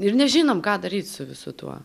ir nežinom ką daryt su visu tuo